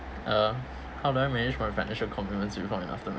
uh how do I manage my partnership commitments before and after